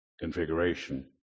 configuration